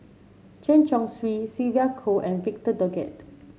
Chen Chong Swee Sylvia Kho and Victor Doggett